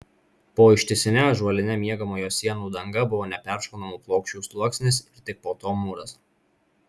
po ištisine ąžuoline miegamojo sienų danga buvo neperšaunamų plokščių sluoksnis ir tik po to mūras